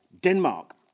Denmark